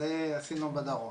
זה עשינו בדרום.